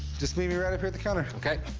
just meet me right up here at the counter. ok.